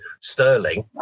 Sterling